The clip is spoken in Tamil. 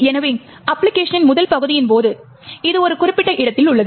எனவே அப்பிளிகேஷனின் முதல் பகுதியின் போது இது ஒரு குறிப்பிட்ட இடத்தில் உள்ளது